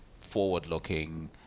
forward-looking